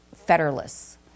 Fetterless